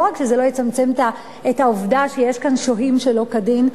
לא רק שזה לא יצמצם את העובדה שיש כאן שוהים שלא כדין,